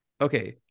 Okay